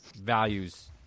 values